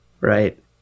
Right